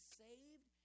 saved